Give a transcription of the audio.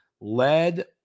led